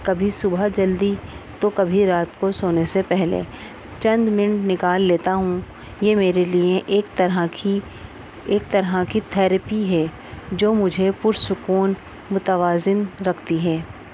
کبھی صبح جلدی تو کبھی رات کو سونے سے پہلے چند منٹ نکال لیتا ہوں یہ میرے لیے ایک طرح کی ایک طرح کی تھیرپی ہے جو مجھے پرسکون متوازن رکھتی ہے